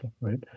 right